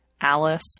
Alice